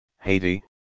Haiti